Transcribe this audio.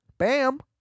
Bam